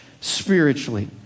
spiritually